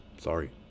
Sorry